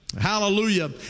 Hallelujah